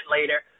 later